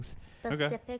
Specific